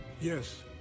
Yes